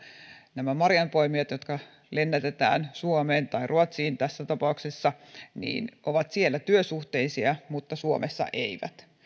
nämä marjanpoimijat jotka lennätetään suomeen tai ruotsiin tässä tapauksessa ovat työsuhteisia mutta suomessa eivät